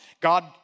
God